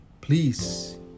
please